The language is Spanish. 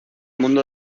mundo